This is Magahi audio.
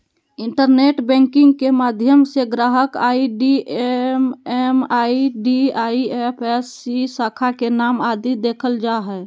इंटरनेट बैंकिंग के माध्यम से ग्राहक आई.डी एम.एम.आई.डी, आई.एफ.एस.सी, शाखा के नाम आदि देखल जा हय